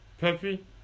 Peppy